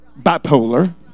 bipolar